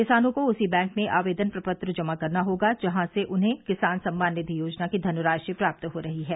किसानों को उसी बैंक में आवेदन प्रपत्र जमा करना होगा जहां से उन्हें किसान सम्मान निधि योजना की धनराशि प्राप्त हो रही है